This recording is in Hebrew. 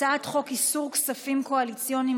הצעת חוק איסור כספים קואליציוניים,